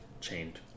chained